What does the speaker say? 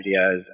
videos